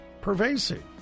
pervasive